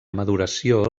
maduració